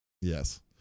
Yes